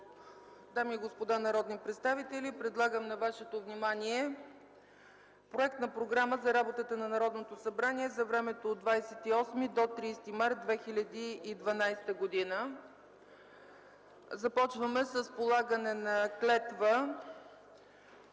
Дами и господа народни представители, предлагам на Вашето внимание Проект на програма за работата на Народното събрание за времето от 28 до 30 март 2012 г. Започваме с полагане на клетва